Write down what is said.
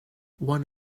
one